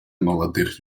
молодых